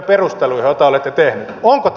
onko tämä tasapuolista